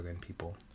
people